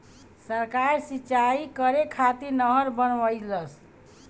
सरकार सिंचाई करे खातिर नहर बनवईलस